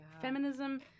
feminism